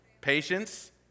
Patience